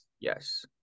Yes